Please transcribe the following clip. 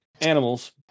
animals